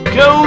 go